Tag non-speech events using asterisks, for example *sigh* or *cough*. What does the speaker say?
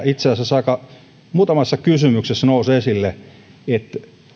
*unintelligible* itse asiassa muutamassa kysymyksessä nousivat esille